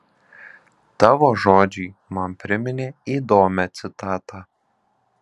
tavo žodžiai man priminė įdomią citatą